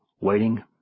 waiting